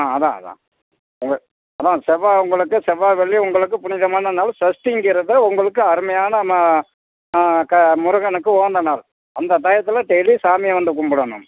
ஆ அதுதான் அதுதான் உ அதுதான் செவ்வாய் உங்களுக்கு செவ்வாய் வெள்ளி உங்களுக்கு புனிதமான நாள் சஷ்டிங்கிறத உங்களுக்கு அருமையான நம்ம க முருகனுக்கு உகந்த நாள் அந்த டையத்தில் டெய்லி சாமியை வந்து கும்பிடணும்